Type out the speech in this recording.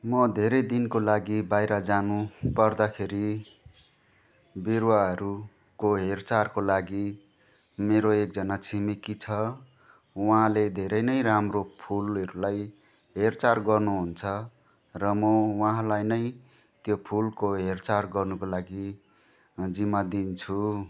म धेरै दिनको लागि बाहिर जानुपर्दाखेरि बिरुवाहरूको हेरचाहको लागि मेरो एकजना छिमेकी छ उहाँले धेरै नै राम्रो फुलहरूलाई हेरचार गर्नुहुन्छ र म उहाँलाई नै त्यो फुलको हेरचार गर्नुको लागि जिम्मा दिन्छु